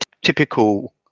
typical